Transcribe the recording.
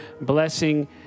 blessing